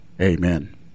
Amen